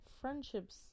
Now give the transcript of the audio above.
friendships